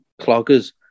cloggers